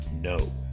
No